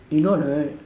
if not right